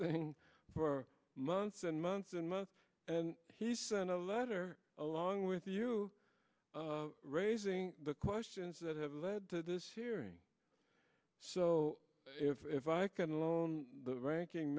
thing for months and months and months and he sent a letter along with you raising the questions that have led to this hearing so if i can lower ranking